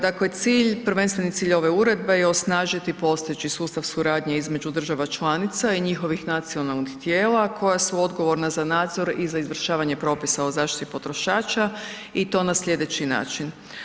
Dakle, prvenstveni cilj ove uredbe je osnažiti postojeći sustav suradnje između država članica i njihovih nacionalnih tijela koja su odgovorna za nadzor i za izvršavanje propisa o zaštiti potrošača i to na sljedeći način.